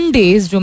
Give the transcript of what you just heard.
days